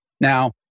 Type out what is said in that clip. Now